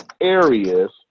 areas